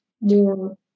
more